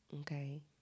Okay